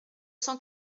cent